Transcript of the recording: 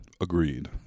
Agreed